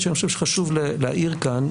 חשוב להעיר כאן,